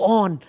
on